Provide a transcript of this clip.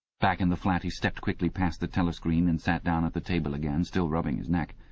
back in the flat he stepped quickly past the telescreen and sat down at the table again, still rubbing his neck.